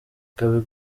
ikaba